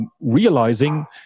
Realizing